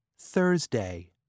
Thursday